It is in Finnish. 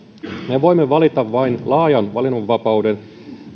me voimme valita vain laajan valinnanvapauden